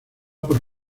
por